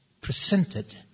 presented